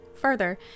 Further